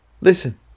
Listen